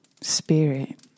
spirit